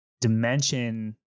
dimension